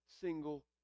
single